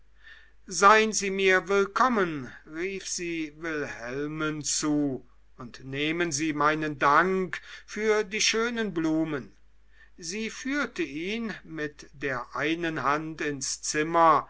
sein sie mir willkommen rief sie wilhelmen zu und nehmen sie meinen dank für die schönen blumen sie führte ihn mit der einen hand ins zimmer